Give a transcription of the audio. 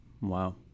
Wow